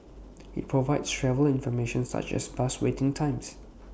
IT provides travel information such as bus waiting times